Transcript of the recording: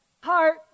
heart